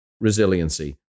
resiliency